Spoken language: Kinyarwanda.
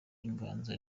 inganzo